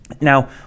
Now